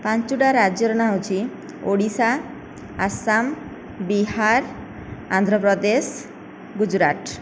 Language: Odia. ପାଞ୍ଚଟା ରାଜ୍ୟର ନାଁ ହେଉଛି ଓଡ଼ିଶା ଆସାମ ବିହାର ଆନ୍ଧ୍ରପ୍ରଦେଶ ଗୁଜୁରାଟ